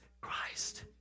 Christ